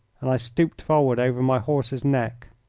and i stooped forward over my horse's neck.